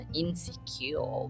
insecure